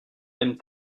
aimes